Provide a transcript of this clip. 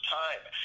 time